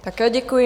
Také děkuju.